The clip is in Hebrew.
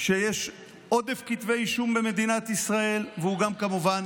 שיש עודף כתבי אישום במדינת ישראל, והוא גם כמובן